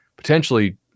potentially